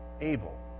Abel